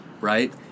right